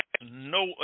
no